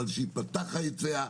אבל שייפתח ההיצע,